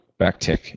backtick